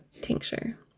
tincture